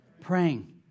Praying